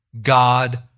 God